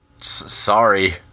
Sorry